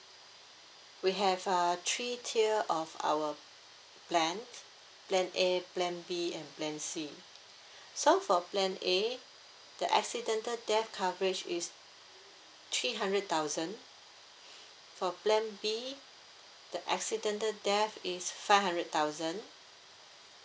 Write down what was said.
we have uh three tier of our plans plan A plan B and plan C so for plan A the accidental death coverage is three hundred thousand for plan B the accidental death is five hundred thousand